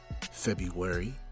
February